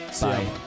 Bye